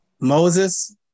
Moses